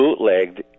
bootlegged